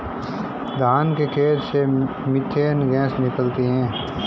धान के खेत से मीथेन गैस निकलती है